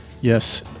Yes